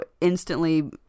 instantly